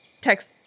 text